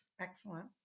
Excellent